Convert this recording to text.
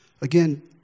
Again